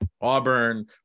Auburn